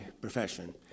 profession